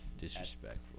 Disrespectful